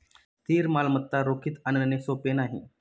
स्थिर मालमत्ता रोखीत आणणे सोपे नाही